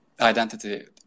identity